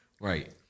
Right